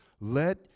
let